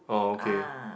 okay